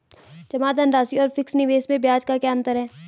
जमा धनराशि और फिक्स निवेश में ब्याज का क्या अंतर है?